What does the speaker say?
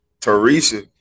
Teresa